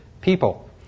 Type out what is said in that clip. people